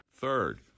Third